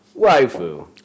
waifu